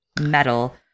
Metal